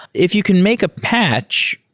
if you can make a patch,